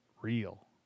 real